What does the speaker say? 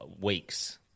weeks